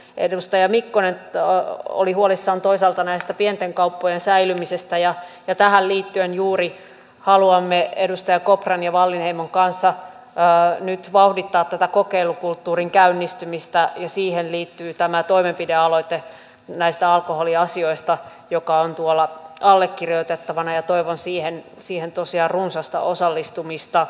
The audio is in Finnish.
edustaja mikkonen oli toisaalta huolissaan näiden pienten kauppojen säilymisestä ja tähän liittyen juuri haluamme edustaja kopran ja edustaja wallinheimon kanssa nyt vauhdittaa tätä kokeilukulttuurin käynnistymistä ja siihen liittyy tämä toimenpidealoite näistä alkoholiasioista joka on tuolla allekirjoitettavana ja toivon siihen tosiaan runsasta osallistumista